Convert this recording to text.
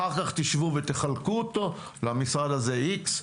אחר כך תשבו ותחלקו אותו למשרד הזה X,